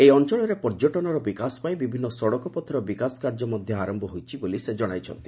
ଏହି ଅଞ୍ଚଳରେ ପର୍ଯ୍ୟଟନର ବିକାଶ ପାଇଁ ବିଭିନ୍ନ ସଡ଼କପଥର ବିକାଶ କାର୍ଯ୍ୟ ମଧ୍ୟ ଆରୟ ହୋଇଛି ବୋଲି ସେ ଜଣାଇଛନ୍ତି